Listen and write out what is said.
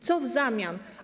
Co w zamian?